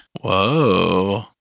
Whoa